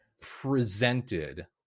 presented